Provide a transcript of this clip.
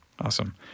Awesome